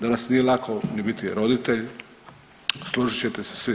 Danas nije lako ni biti roditelj, složit ćete se svi.